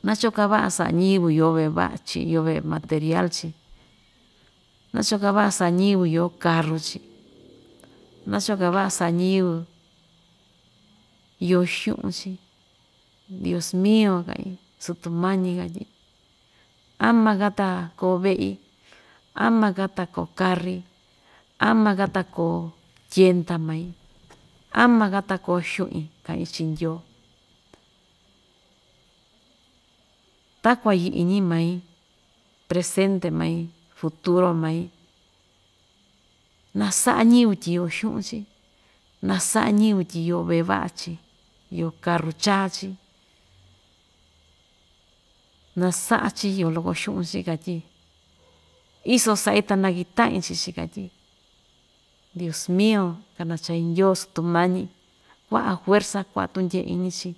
Naa choo ka vaꞌa saꞌa ñayɨvɨ iyo veꞌe vaꞌa‑chi, iyo veꞌe material‑chi naa choo ka‑vaꞌa saꞌa ñayɨvɨ iyo karuchi, naa choo ka‑vaꞌa saꞌa ñiyɨvɨ iyo xuꞌun‑chi, dios mio kaꞌin sutumañi katyi ama‑ka ta koo veꞌi ama‑ka ta koo kari, ama‑ka ta koo tyenda mai, ama‑ka ta koo xuꞌin kaꞌin chii ndyoo, kakuan yɨꞌɨ iñi mai presente mai, futuro mai nasaꞌa ñiyɨvɨ tyi iyo xuꞌun‑chi nasaꞌa ñiyɨvɨ iyo veꞌe vaꞌa‑chi iyo karu chaa‑chi, nasaꞌa‑chi tyi iyo loko xuꞌun‑chi katyi iso saꞌi ta nakitaꞌin chii‑chi katyi, dios mio kanachaai ndyoo sutumani kuaꞌa fuerza kuaꞌa tundye iñi chii,